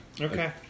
Okay